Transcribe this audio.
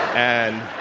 and